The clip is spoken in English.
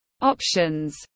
options